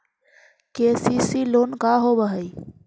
KCC loan का होब हइ?